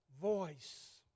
voice